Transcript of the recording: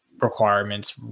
requirements